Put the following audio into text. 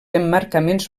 emmarcaments